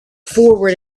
forward